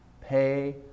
Pay